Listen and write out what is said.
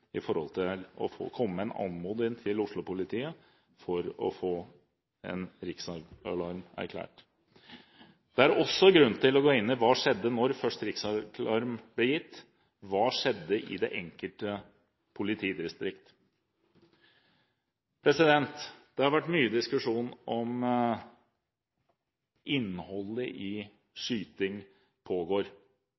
er også grunn til å gå inn i: Hva skjedde når riksalarm først ble gitt? Hva skjedde i det enkelte politidistrikt? Det har vært mye diskusjon om innholdet i